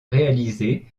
réaliser